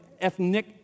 ethnic